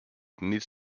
need